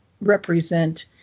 represent